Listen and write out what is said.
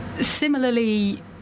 similarly